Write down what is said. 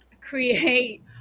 create